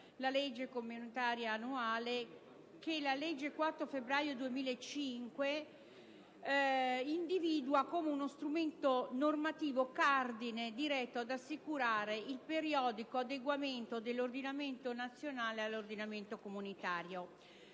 la legge comunitaria annuale - che la legge n. 11 del 4 febbraio 2005 individua quale strumento normativo cardine, diretto ad assicurare il periodico adeguamento dell'ordinamento nazionale a quello comunitario.